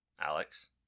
Alex